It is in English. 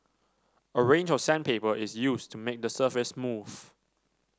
a range of sandpaper is used to make the surface smooth